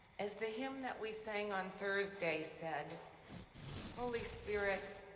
as the hymn that we sang on thursday said holy spirit,